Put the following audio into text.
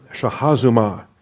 Shahazuma